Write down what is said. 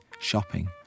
shopping